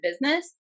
business